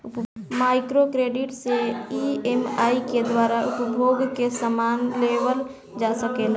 micro credit से EMI के द्वारा उपभोग के समान लेवल जा सकेला